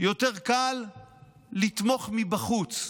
יותר קל לתמוך מבחוץ,